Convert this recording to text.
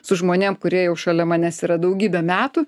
su žmonėm kurie jau šalia manęs yra daugybę metų